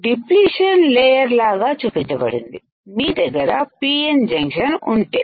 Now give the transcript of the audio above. depletion layer లాగా చూపించబడింది మీ దగ్గర పిఎన్ జంక్షన్ ఉంటే